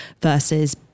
versus